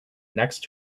next